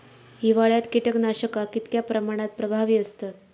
हिवाळ्यात कीटकनाशका कीतक्या प्रमाणात प्रभावी असतत?